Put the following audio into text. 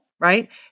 right